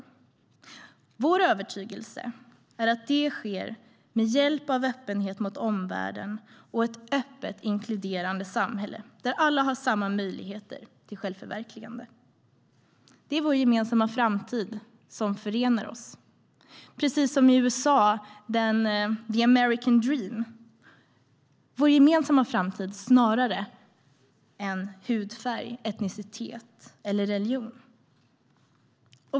Vår övertygelse är att det sker med hjälp av öppenhet mot omvärlden och genom ett öppet, inkluderande samhälle där alla har samma möjligheter till självförverkligande. Det är vår gemensamma framtid som förenar oss. Precis som med USA och deras American dream handlar det om vår gemensamma framtid snarare än hudfärg, etnicitet eller religion.